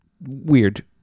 weird